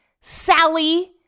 Sally